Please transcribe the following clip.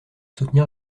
soutenir